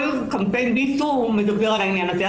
כל קמפיין MeToo מדבר על העניין הזה.